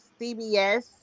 cbs